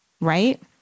right